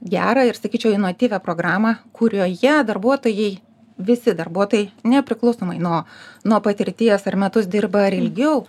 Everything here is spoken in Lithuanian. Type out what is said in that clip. gerą ir sakyčiau inotyvią programą kurioje darbuotojai visi darbuotojai nepriklausomai nuo nuo patirties ar metus dirba ar ilgiau